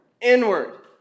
inward